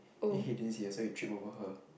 then he didn't see her so he tripped over her